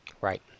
Right